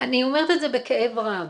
אני אומרת את זה בכאב רב.